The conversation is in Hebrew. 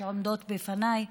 שעומדות לרשותי,